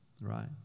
Right